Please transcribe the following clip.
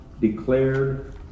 declared